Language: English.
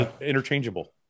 interchangeable